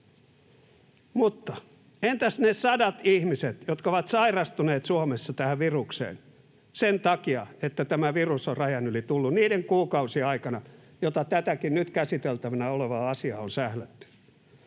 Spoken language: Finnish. Mutta entä ne sadat ihmiset, jotka ovat sairastuneet Suomessa tähän virukseen sen takia, että tämä virus on rajan yli tullut niiden kuukausien aikana, joina tätäkin nyt käsiteltävänä olevaa asiaa on sählätty?